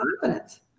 confidence